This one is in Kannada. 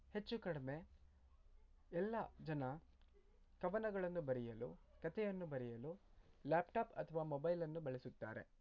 ಹೆಚ್ಚು ಕಡಿಮೆ ಎಲ್ಲ ಜನ ಕವನಗಳನ್ನು ಬರೆಯಲು ಕತೆಯನ್ನು ಬರೆಯಲು ಲ್ಯಾಪ್ಟಾಪ್ ಅಥವಾ ಮೊಬೈಲನ್ನು ಬಳಸುತ್ತಾರೆ